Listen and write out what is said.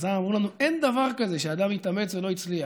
חז"ל אמרו לנו: אין דבר כזה שאדם התאמץ ולא הצליח.